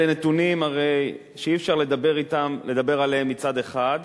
אלה נתונים שאי-אפשר לדבר עליהם מצד אחד,